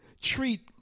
treat